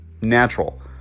Natural